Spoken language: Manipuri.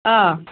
ꯑꯥ